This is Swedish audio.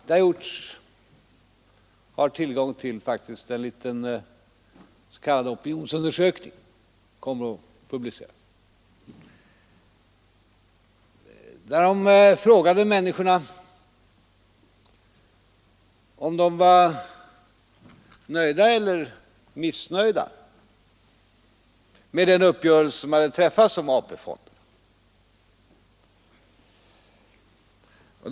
Det har faktiskt genomförts en liten opinionsundersökning om detta, som kommer att publiceras. I denna tillfrågades människorna om de var nöjda eller missnöjda med den uppgörelse som hade träffats om AP-fonden.